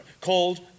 called